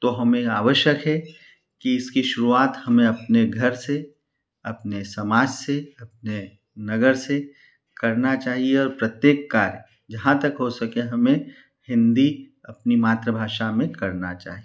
तो हमें आवश्यक है कि इसकी शुरुआत हमें अपने घर से अपने समाज से अपने नगर से करनी चाहिए और प्रत्येक कार्य जहाँ तक हो सके हमें हिन्दी अपनी मातृभाषा में करनी चाहिए